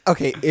Okay